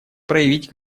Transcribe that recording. проявить